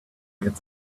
get